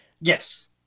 Yes